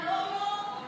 טלי, אין לך מה להגיד?